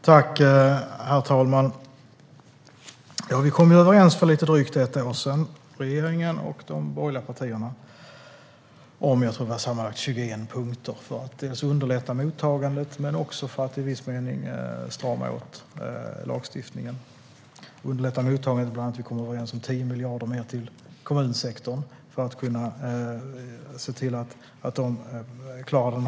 Herr talman! Regeringen och de borgerliga partierna kom överens för lite drygt ett år sedan om sammanlagt 21 punkter för att dels underlätta mottagandet, dels i viss mening strama åt lagstiftningen. I fråga om att underlätta mottagandet kom vi överens om 10 miljarder mer till kommunsektorn så att kommunerna ska klara den stora utmaningen.